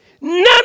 None